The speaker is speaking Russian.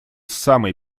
самой